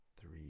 three